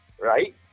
right